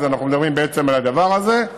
אנחנו מדברים על הדבר הזה,